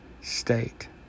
state